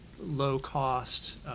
low-cost